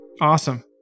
Awesome